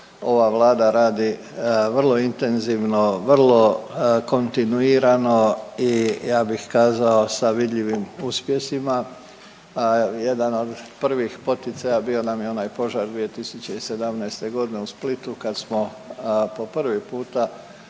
ova vlada radi vrlo intenzivno, vrlo kontinuirano i ja bih kazao sa vidljivim uspjesima. Jedan od prvih poticaja bio nam je onaj požar 2017. godine u Splitu kad smo po prvi puta